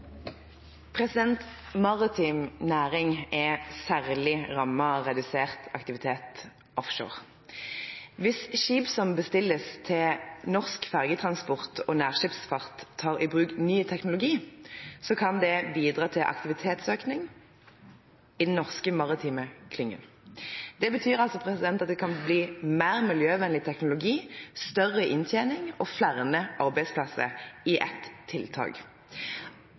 næring er særlig rammet av redusert aktivitet offshore. Dersom skip som bestilles til norsk fergetransport og nærskipsfart tar i bruk ny teknologi, kan det bidra til aktivitetsøkning i den norske maritime klyngen. Altså mer miljøvennlig teknologi, større inntjening og flere arbeidsplasser på en gang. Arbeiderpartiet vil at staten skal bruke sin forbrukermakt og i